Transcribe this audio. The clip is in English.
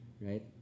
right